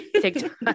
TikTok